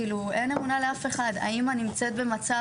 כאילו לא הייתה לה אמונה באף אחד האמא שלה נמצאת במצב